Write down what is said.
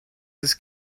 his